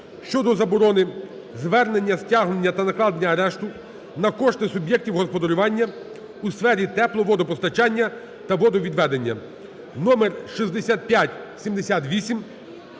щодо заборони звернення стягнення та накладення арешту на кошти суб'єктів господарювання у сферах тепло-, водопостачання та водовідведення,